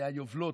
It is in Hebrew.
היו יובלות,